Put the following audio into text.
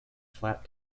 flat